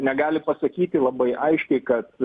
negali pasakyti labai aiškiai kad